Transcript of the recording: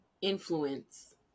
influence